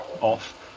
off